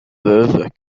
veuve